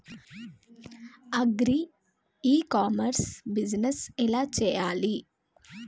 Agri e commerce business ఎలా చెయ్యాలి?